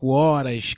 horas